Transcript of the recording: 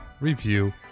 review